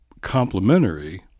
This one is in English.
complementary